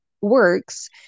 works